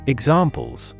Examples